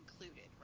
included